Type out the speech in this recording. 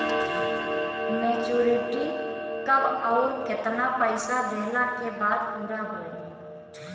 Maturity कब आउर केतना पईसा देहला के बाद पूरा होई?